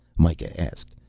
mikah asked,